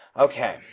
Okay